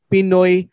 Pinoy